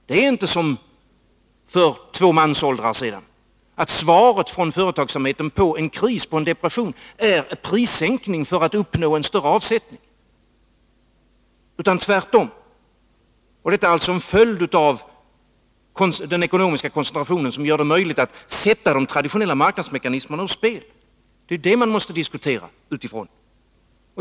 Det är inte som för två mansåldrar sedan, att svaret från företagsamheten på en depression är prissänkning för att uppnå större omsättning, utan tvärtom. Och det är följden av den ekonomiska koncentrationen, som gör det möjligt att sätta de traditionella marknadsmekanismerna ur spel. Det är detta vi måste diskutera utifrån.